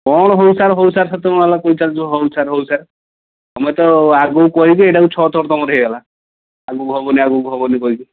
କ'ଣ ହଉ ସାର୍ ହଉ ସାର୍ ସେତେବେଳୁ ହେଲା କହି ଚାଲିଛ ହଉ ସାର୍ ହଉ ସାର୍ ତୁମେ ତ ଆଗକୁ କହିବି ଏଇଟାକୁ ଛଅଥର ତୁମର ହେଇଗଲା ଆଗକୁ ହେବନି ଆଗକୁ ହେବନି କହିକି